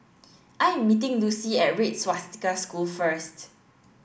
I am meeting Lucy at Red Swastika School first